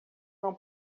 não